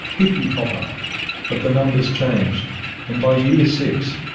hippy-hopper but the numbers changed and by year six,